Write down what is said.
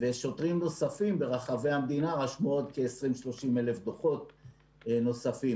ושוטרים נוספים ברחבי המדינה רשמו עוד כ-30,000-20,000 דוחות נוספים.